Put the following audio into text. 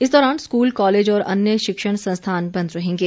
इस दौरान school college और अन्य शिक्षण संथान बंद रहेंगे